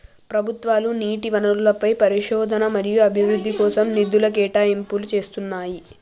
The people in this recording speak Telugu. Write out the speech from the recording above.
ప్రభుత్వాలు నీటి వనరులపై పరిశోధన మరియు అభివృద్ధి కోసం నిధుల కేటాయింపులు చేస్తున్నయ్యి